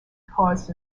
caused